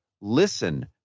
listen